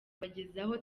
kubagezaho